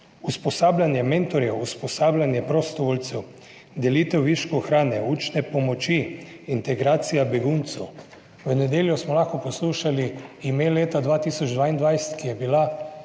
Usposabljanje mentorjev, usposabljanje prostovoljcev, delitev viškov hrane, učne pomoči, integracija beguncev. V nedeljo smo lahko poslušali ime leta 2022, ki je bila